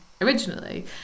originally